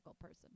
person